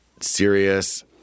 serious